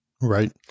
Right